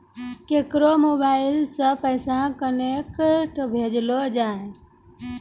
केकरो मोबाइल सऽ पैसा केनक भेजलो जाय छै?